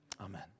Amen